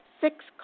six